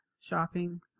shopping